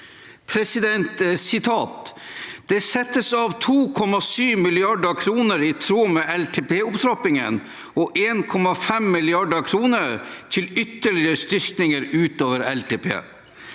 i Stortinget: «Det settes av 2,7 milliarder kroner i tråd med LTP-opptrappingen og 1,5 milliarder kroner til ytterligere styrkinger utover LTP.»